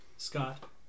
Scott